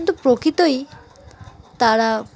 কিন্তু প্রকৃতই তারা